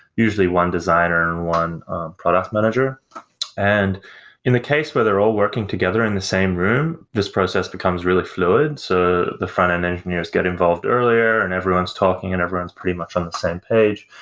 usually one designer and one product manager and in the case where they're all working together in the same room, this process becomes really fluid. so the front-end engineers get involved earlier and everyone's talking and everyone's pretty much on the same page,